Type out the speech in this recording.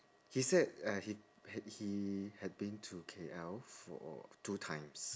he said uh he had he had been to K_L for two times